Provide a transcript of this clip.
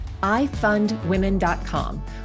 ifundwomen.com